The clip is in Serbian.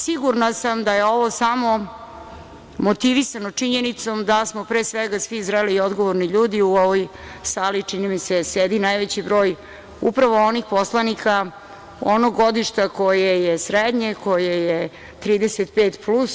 Sigurna sam da je ovo samo motivisano činjenicom da smo pre svega svi zreli i odgovorni ljudi u ovoj sali i, čini mi se, sedi najveći broj upravo onih poslanika onog godišta koje je srednje, koje je 35 plus.